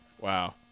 Wow